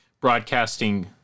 broadcasting